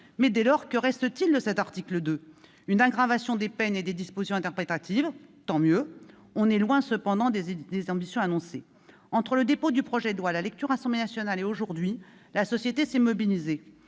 bien. Dès lors, que reste-t-il de cet article ? Une aggravation des peines et des dispositions interprétatives. Tant mieux, mais nous sommes loin des ambitions annoncées. Entre le dépôt du projet de loi, la lecture à l'Assemblée nationale et aujourd'hui, la société s'est mobilisée.